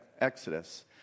Exodus